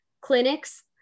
clinics